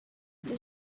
the